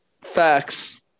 Facts